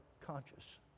conscious